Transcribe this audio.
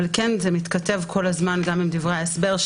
אבל כן זה מתכתב כל הזמן עם דברי ההסבר,